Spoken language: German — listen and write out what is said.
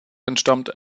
entstammt